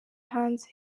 hanze